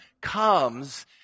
comes